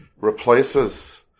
replaces